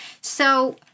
So-